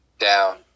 down